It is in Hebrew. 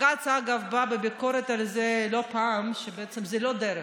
אגב, בג"ץ בא בביקורת על זה לא פעם, שזו לא דרך.